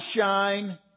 shine